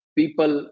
people